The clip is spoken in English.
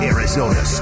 Arizona